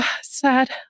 sad